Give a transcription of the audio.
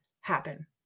happen